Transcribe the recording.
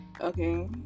Okay